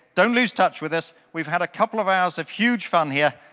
don't lose touch with us. we've had a couple of hours of huge fun here.